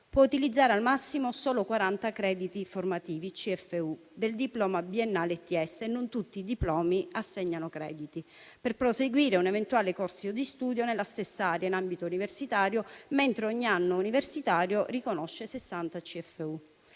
può utilizzare al massimo solo 40 crediti formativi (CFU) del diploma biennale ITS (e non tutti i diplomi assegnano crediti) per proseguire un eventuale corso di studi, nella stessa area, in ambito universitario, mentre ogni anno universitario riconosce 60 CFU;